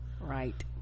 right